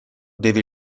deve